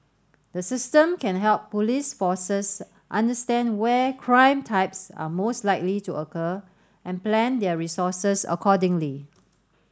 the system can help police forces understand where crime types are most likely to occur and plan their resources accordingly